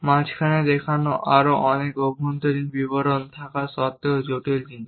মাঝখানে দেখানো আরও অনেক অভ্যন্তরীণ বিবরণ থাকা সত্ত্বেও জটিল জিনিস